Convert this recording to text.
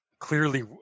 Clearly